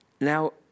Now